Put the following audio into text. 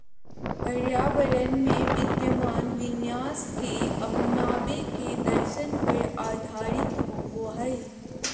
पर्यावरण में विद्यमान विन्यास के अपनावे के दर्शन पर आधारित होबा हइ